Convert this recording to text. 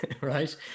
right